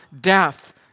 death